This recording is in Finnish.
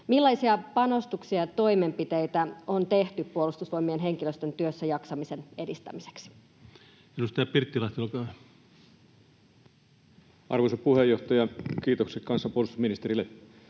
Millaisia panostuksia ja toimenpiteitä on tehty Puolustusvoimien henkilöstön työssäjaksamisen edistämiseksi? Edustaja Pirttilahti, olkaa hyvä. Arvoisa puheenjohtaja! Kiitokset kanssa puolustusministerille